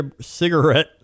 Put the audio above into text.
cigarette